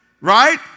Right